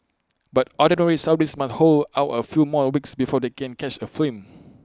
but Ordinary Saudis must hold out A few more weeks before they can catch A